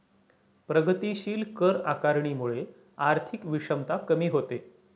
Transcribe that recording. प्रगतीशील कर आकारणीमुळे आर्थिक विषमता कमी होते